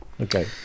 Okay